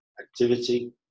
activity